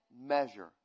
measure